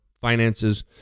finances